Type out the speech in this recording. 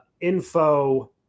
info